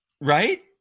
Right